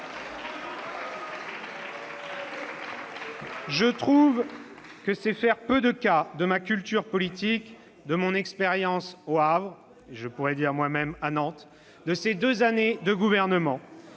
Je trouve que c'est faire peu de cas de ma culture politique, de mon expérience au Havre »- pour ma part, je pourrais dire à Nantes -« et de ces deux années de gouvernement.